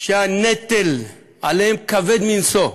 שהנטל עליהם כבד מנשוא,